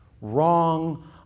wrong